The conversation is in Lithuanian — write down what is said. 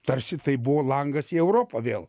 tarsi tai buvo langas į europą vėl